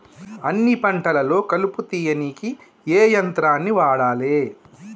అన్ని పంటలలో కలుపు తీయనీకి ఏ యంత్రాన్ని వాడాలే?